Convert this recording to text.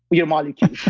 your molecules